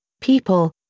people